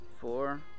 four